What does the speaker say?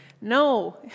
No